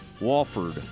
Walford